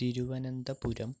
Thiruvananthapuram